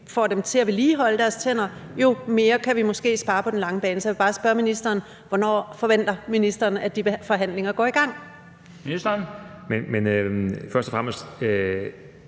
får dem til at vedligeholde deres tænder, jo mere kan vi måske spare på den lange bane. Jeg vil bare spørge ministeren: Hvornår forventer ministeren at de forhandlinger går i gang? Kl. 18:13 Den fg. formand